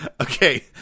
Okay